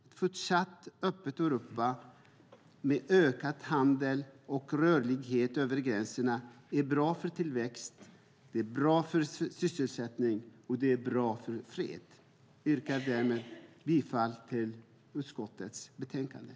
Ett fortsatt öppet Europa med ökad handel och rörlighet över gränserna är bra för tillväxt, sysselsättning och fred. Jag yrkar därmed bifall till utskottets förslag i betänkandet.